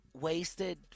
wasted